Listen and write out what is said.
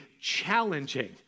challenging